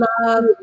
love